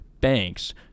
banks